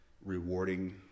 rewarding